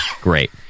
Great